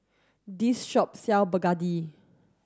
this shop sell Begedil